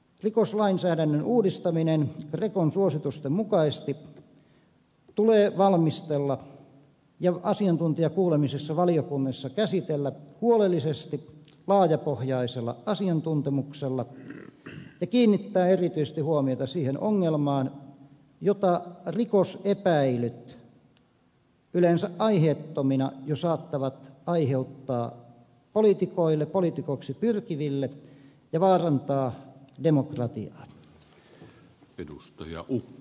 rikoslainsäädännön uudistaminen grecon suositusten mukaisesti tulee valmistella ja asiantuntijakuulemisissa valiokunnissa käsitellä huolellisesti laajapohjaisella asiantuntemuksella ja kiinnittää erityisesti huomiota siihen ongelmaan jota rikosepäilyt yleensä aiheettomina jo saattavat aiheuttaa poliitikoille poliitikoiksi pyrkiville ja joka saattaa vaarantaa demokratiaa